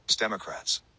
Democrats